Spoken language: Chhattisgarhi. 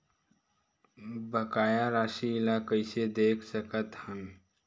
बकाया राशि ला कइसे देख सकत हान?